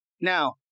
Now